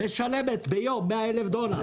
היא משלמת ביום 100,000 דולר.